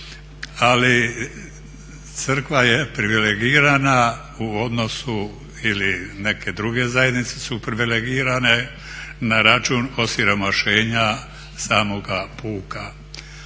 ali Crkva je privilegirana u odnosu ili neke druge zajednice su privilegirana na račun osiromašenja samoga puka.